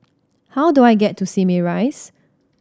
how do I get to Simei Rise